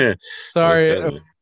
Sorry